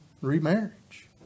remarriage